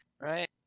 Right